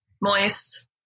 moist